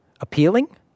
appealing